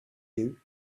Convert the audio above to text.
you